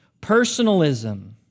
Personalism